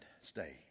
Stay